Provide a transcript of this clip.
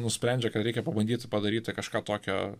nusprendžia kad reikia pabandyt padaryti kažką tokio